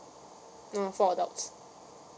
mm four adults